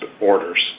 orders